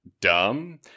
dumb